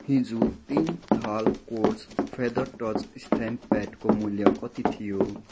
हिजो तिन थाल कोर्स फेदर टच स्ट्याम्प प्याडको मूल्य कति थियो